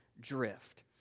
drift